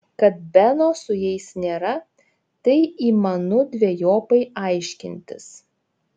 kad beno su jais nėra tai įmanu dvejopai aiškintis